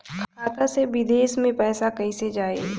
खाता से विदेश मे पैसा कईसे जाई?